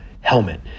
helmet